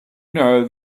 know